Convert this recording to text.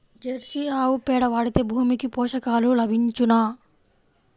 Jersey ఆవు పేడ వాడితే భూమికి పోషకాలు లభించునా?